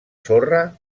sorra